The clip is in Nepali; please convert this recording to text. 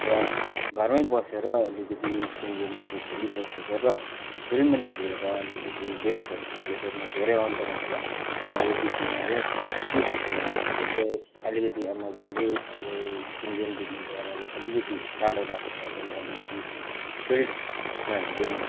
र घरमै बसेर अलिकति स्क्रिन गेमहरू खेलिबसेको र फिल्डमा निक्लेर अलिकति गेम्सहरू खेलेकोमा धेरै अन्तर हुन्छ र यो विषयमा चाहिँ के भन्छु भन्दाखेरि चाहिँ अलिकति आमा बाउले यो स्किन गेमदेखि ल्याएर अलिकिति टाढो राखेर चाहिँ अलिकिति फिल्डमा गेममा